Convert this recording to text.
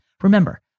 Remember